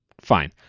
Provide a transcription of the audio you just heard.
fine